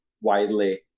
widely